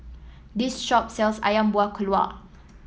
this shop sells ayam Buah Keluak